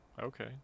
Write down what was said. okay